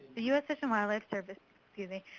the u s. fish and wildlife service excuse me,